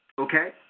Okay